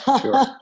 Sure